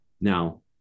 Now